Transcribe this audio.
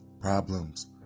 Problems